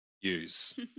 use